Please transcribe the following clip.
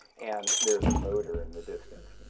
and there's a motor in the distance.